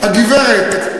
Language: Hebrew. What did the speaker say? הגברת,